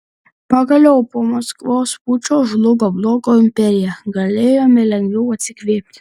pagaliau po maskvos pučo žlugo blogio imperija galėjome lengviau atsikvėpti